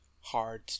hard